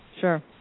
sure